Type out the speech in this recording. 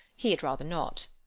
he had rather not.